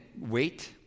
wait